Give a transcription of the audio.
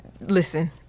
listen